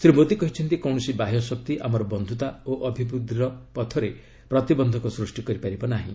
ଶ୍ରୀ ମୋଦୀ କହିଛନ୍ତି କୌଣସି ବାହ୍ୟ ଶକ୍ତି ଆମର ବନ୍ଧୁତା ଓ ଅଭିବୃଦ୍ଧିର ପଥରେ ପ୍ରତିବନ୍ଧକ ସୃଷ୍ଟି କରିପାରିବ ନାହିଁ